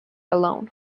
alone